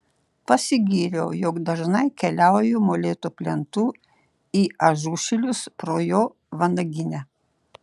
pasigyriau jog dažnai keliauju molėtų plentu į ažušilius pro jo vanaginę